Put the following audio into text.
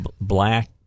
black